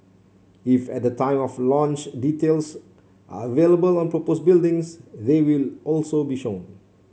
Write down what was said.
if at the time of launch details are available on proposed buildings they will also be shown